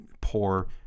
poor